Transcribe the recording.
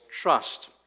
trust